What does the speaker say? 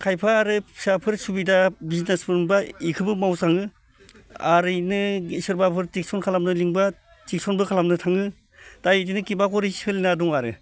खायफा आरो फिसाफोर सुबिदा बिजनेस मोनब्ला इखोबो मावज्राङो आरो इदिनो सोरबाफोर टिउसनफोर खालामनो लिंब्ला टिउसनबो खालामनो थाङो दा इदिनो किबाकरि सोलिना दं आरो